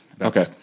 Okay